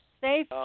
Safe